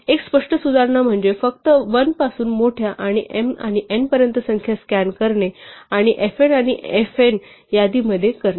एक स्पष्ट सुधारणा म्हणजे फक्त 1 पासून मोठ्या आणि m आणि n पर्यंत संख्या स्कॅन करणे आणि fm आणि fn यादी मध्ये करणे